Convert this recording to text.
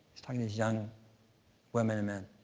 he's talking to these young women and men.